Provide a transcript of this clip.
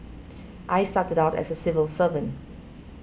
I started out as a civil servant